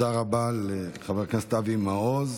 תודה רבה לחבר הכנסת אבי מעוז.